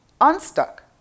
Unstuck